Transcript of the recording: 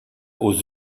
aux